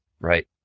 right